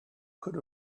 could